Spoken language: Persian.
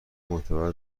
معتبر